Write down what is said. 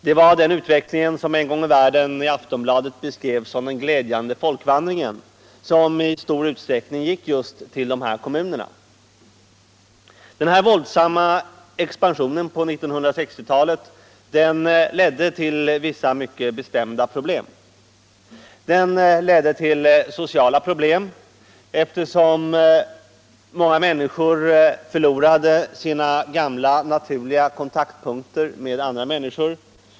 Det var den utveckling som en gång i världen i Aftonbladet beskrevs som ”den glädjande folkvandringen” som i stor utsträckning gick till just dessa kommuner. Denna våldsamma expansion på 1960-talet Jedde till vissa mycket bestämda problem. Den ledde till sociala problem, eftersom många människor förlorade sina gamla, naturliga kontaktpunkter med andra människor.